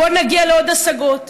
בוא נגיע לעוד הישגים.